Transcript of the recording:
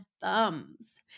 thumbs